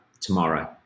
tomorrow